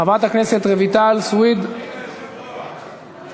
חברת הכנסת רויטל סויד, מוותרת?